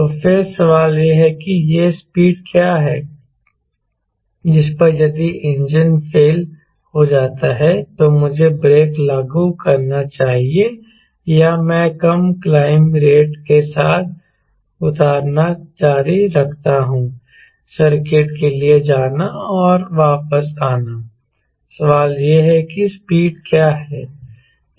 तो फिर सवाल यह है कि वह स्पीड क्या है जिस पर यदि इंजन फेल हो जाता है तो मुझे ब्रेक लागू करना चाहिए या मैं कम क्लाइंब रेट के साथ उतारना जारी रखता हूं सर्किट के लिए जाना और वापस आना सवाल यह है कि स्पीड क्या है